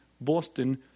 Boston